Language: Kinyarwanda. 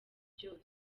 byose